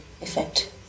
effect